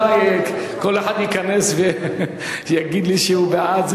רבותי, כל אחד ייכנס ויגיד לי שהוא בעד?